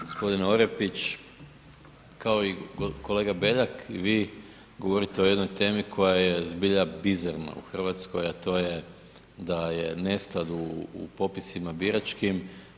Gospodine Orepić, kao i kolega Beljak i vi govorite o jednoj temi koja je zbilja bizarna u Hrvatskoj, a to je da je nesklad u popisima biračkim.